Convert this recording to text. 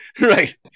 Right